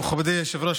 מכובדי היושב-ראש,